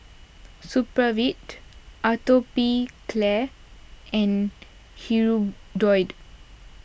Supravit Atopiclair and Hirudoid